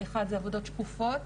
אחד זה עבודות שקופות,